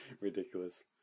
ridiculous